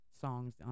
songs